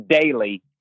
daily